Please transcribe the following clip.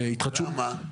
למה?